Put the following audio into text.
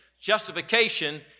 justification